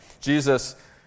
Jesus